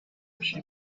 she